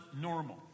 normal